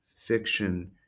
fiction